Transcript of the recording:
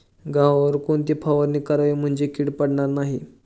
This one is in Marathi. गव्हावर कोणती फवारणी करावी म्हणजे कीड पडणार नाही?